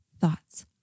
thoughts